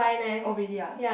oh really ah